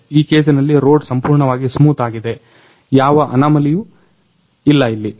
ಈ ಕೇಸಿನಲ್ಲಿ ರೋಡ್ ಸಂಪೂರ್ಣವಾಗಿ ಸ್ಮೂತ್ ಆಗಿದೆ ಯಾವ ಅನಾಮಲಿಯೂ ಇಲ್ಲ ಇಲ್ಲಿ